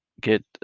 get